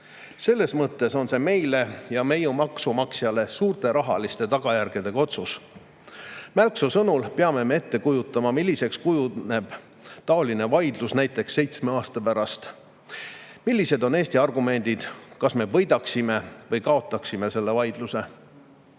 Selles mõttes on see meile ja meie maksumaksjatele suurte rahaliste tagajärgedega otsus. Mälksoo sõnul peame me ette kujutama, milliseks kujuneb taoline vaidlus näiteks seitsme aasta pärast, millised on Eesti argumendid, kas me võidaksime või kaotaksime selle vaidluse.